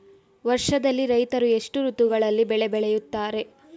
ವರ್ಷದಲ್ಲಿ ರೈತರು ಎಷ್ಟು ಋತುಗಳಲ್ಲಿ ಬೆಳೆ ಬೆಳೆಯುತ್ತಾರೆ?